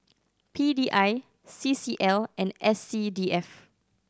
P D I C C L and S C D F